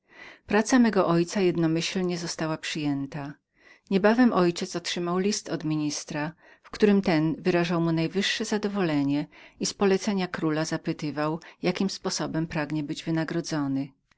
praca mego ojca jednomyślnie została przyjętą niebawem ojciec mój otrzymał list od ministra w którym ten wyrażał mu najwyższe zadowolenie i z polecenia króla zapytywał jakimby sposobem pragnął być wynagrodzonym